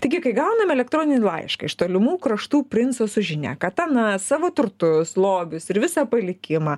taigi kai gaunam elektroninį laišką iš tolimų kraštų princo su žinia kad anas savo turtus lobius ir visą palikimą